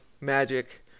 magic